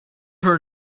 her